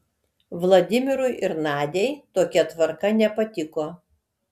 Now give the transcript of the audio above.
vladimirui ir nadiai tokia tvarka nepatiko